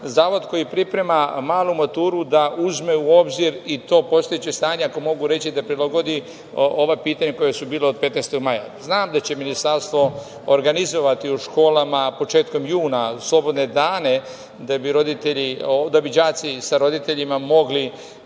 zavod koji priprema malu maturu, da uzme u obzir i to postojeće stanje, ako mogu reći, da prilagodi ova pitanja koja su bila od 15. maja. Znam da će Ministarstvo organizovati u školama početkom juna slobodne dane da bi đaci sa roditeljima mogli